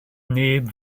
neb